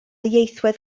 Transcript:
ieithwedd